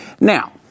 Now